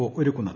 O ഒരുക്കുന്നത്